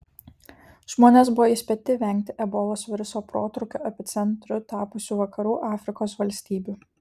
žmonės buvo įspėti vengti ebolos viruso protrūkio epicentru tapusių vakarų afrikos valstybių